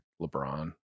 lebron